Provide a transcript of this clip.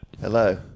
Hello